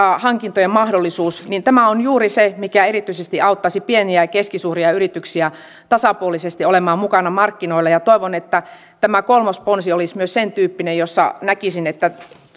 hankintojen mahdollisuus on juuri se mikä erityisesti auttaisi pieniä ja ja keskisuuria yrityksiä tasapuolisesti olemaan mukana markkinoilla toivon että tämä kolmas ponsi olisi myös sentyyppinen jossa näkisin että